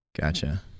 Gotcha